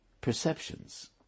perceptions